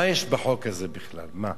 מה יש בחוק הזה בכלל, מה?